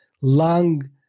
lung